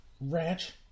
ranch